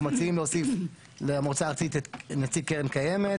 אנחנו מציעים להוסיף למועצה הארצית את נציג קרן קיימת,